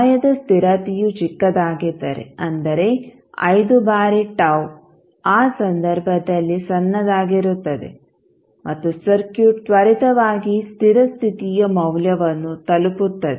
ಸಮಯದ ಸ್ಥಿರತೆಯು ಚಿಕ್ಕದಾಗಿದ್ದರೆ ಅಂದರೆ 5 ಬಾರಿ τ ಆ ಸಂದರ್ಭದಲ್ಲಿ ಸಣ್ಣದಾಗಿರುತ್ತದೆ ಮತ್ತು ಸರ್ಕ್ಯೂಟ್ ತ್ವರಿತವಾಗಿ ಸ್ಥಿರ ಸ್ಥಿತಿಯ ಮೌಲ್ಯವನ್ನು ತಲುಪುತ್ತದೆ